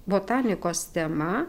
botanikos tema